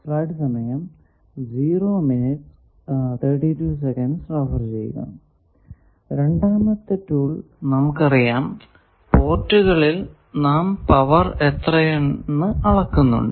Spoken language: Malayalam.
ഇനി രണ്ടാമത്തെ ടൂൾ പോർട്ടുകളിൽ നാം പവർ എത്രയെന്നു അളക്കുന്നുണ്ട്